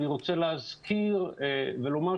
אני רוצה להזכיר ולומר,